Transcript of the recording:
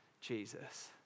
Jesus